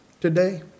Today